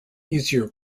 easier